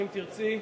אם תרצי,